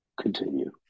continue